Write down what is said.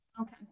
Okay